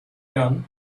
gun